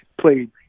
played